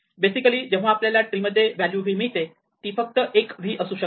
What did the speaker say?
basically जेव्हा आपल्याला tree मध्ये व्हॅल्यू v मिळते ती फक्त एक v असू शकते